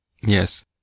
Yes